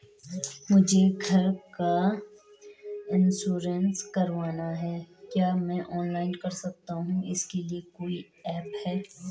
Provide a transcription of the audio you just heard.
मुझे घर का इन्श्योरेंस करवाना है क्या मैं ऑनलाइन कर सकता हूँ इसके लिए कोई ऐप है?